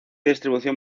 distribución